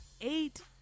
eight